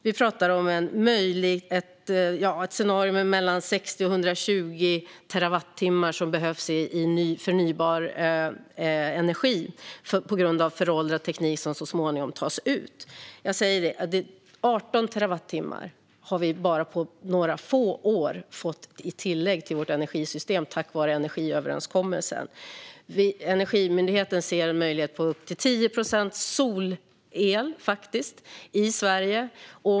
Vi pratar om ett scenario med mellan 60 och 120 terawattimmar som behövs i förnybar energi på grund av föråldrad teknik som så småningom tas ut. Jag säger bara: 18 terawattimmar har vi på bara några få år fått i tillägg till vårt energisystem tack vare energiöverenskommelsen. Energimyndigheten ser en möjlighet till upp till 10 procent solel i Sverige.